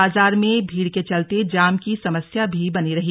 बाजार में भीड़ के चलते जाम की समस्या भी बनी रही